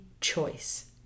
choice